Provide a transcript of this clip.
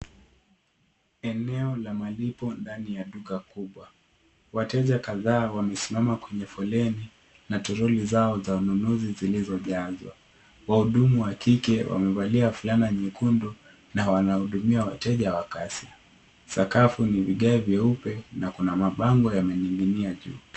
Eneo la malipo ndani ya duka kubwa. Wateja kadhaa wamesimama kwenye foleni na troli zao za ununuzi zilizojazwa. Wahudumu wa kike wamevalia fulana nyekundu na wanahudumia wateja wa Kasi. Sakafu ni vigae vyeupe na Kuna mabango yamening'inia juu.